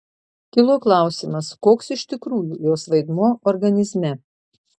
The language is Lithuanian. kilo klausimas koks iš tikrųjų jos vaidmuo organizme